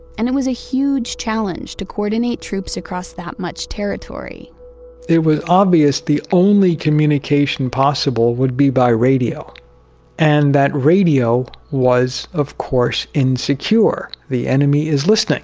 and it was a huge challenge to coordinate troops across that much territory it was obvious the only communication possible would be by radio and that radio was of course insecure. the enemy is listening